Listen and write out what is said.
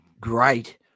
great